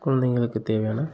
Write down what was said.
குழந்தைங்களுக்கு தேவையான